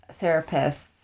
therapists